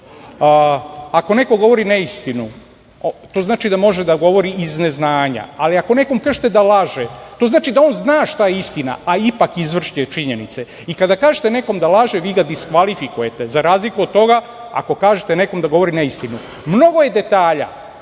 neko govori neistinu, to znači da može da govori iz neznanja, ali ako nekom kažete da laže, to znači da on zna šta je istina, a ipak izvrće činjenice i kada kažete nekom da laže vi ga diskvalifikujete, za razliku od toga ako kažete nekom da govori neistinu. Mnogo je detalja.